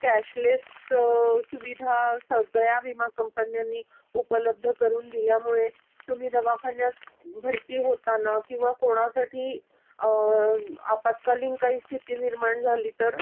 cashless सुविधा सगळ्या विमा कंपन्यांनी उपलब्ध करून दिल्यामुळे तुम्ही दवाखान्यात भरती होताना किंवा कोणासाठी आपात्कालीन काही स्थिती निर्माण झाली तर